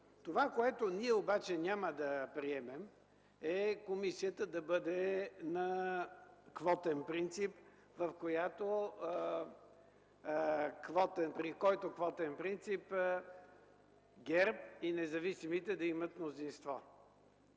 Това, което ние обаче няма да приемем, е комисията да бъде на квотен принцип, при който квотен принцип ГЕРБ и независимите да имат мнозинство.